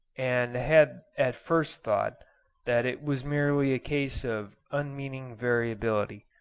and had at first thought that it was merely a case of unmeaning variability.